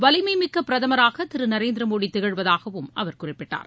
வலிமைமிக்க பிரதமராக திரு நரேந்திர மோடி திகழ்வதாகவும் அவர் குறிப்பிட்டார்